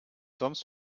sonst